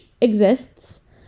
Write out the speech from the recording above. exists